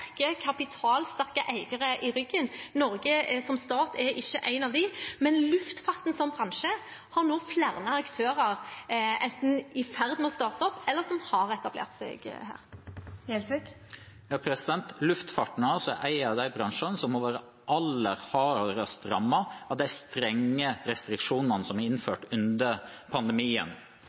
kapitalsterke eiere i ryggen. Norge som stat er ikke en av dem. Men luftfarten som bransje har nå flere aktører som enten er i ferd med å starte opp eller har etablert seg her. Sigbjørn Gjelsvik – til oppfølgingsspørsmål. Luftfarten er en av de bransjene som har vært aller hardest rammet av de strenge restriksjonene som er innført under pandemien,